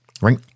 right